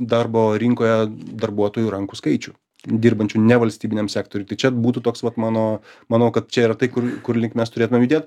darbo rinkoje darbuotojų rankų skaičių dirbančių ne valstybiniam sektoriuj tai čia būtų toks vat mano manau kad čia yra tai kur kur link mes turėtumėm judėt